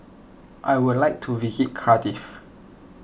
I would like to visit Cardiff